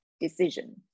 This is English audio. decision